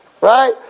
right